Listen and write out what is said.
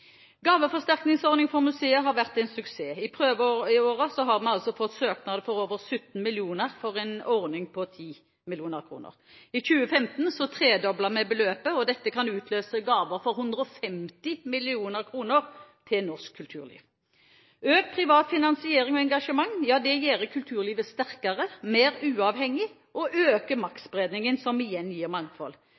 for museer har vært en suksess. I prøveåret har vi fått søknader for over 17 mill. kr for en ordning på 10 mill. kr. I 2015 tredobler vi beløpet. Dette kan utløse gaver for 150 mill. kr til norsk kulturliv. Økt privat finansiering og engasjement gjør kulturlivet sterkere, mer uavhengig og øker maktspredningen, som igjen gir mangfold.